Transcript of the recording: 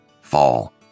fall